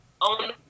on